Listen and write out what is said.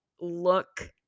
look